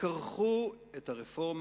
כרכו את הרפורמה,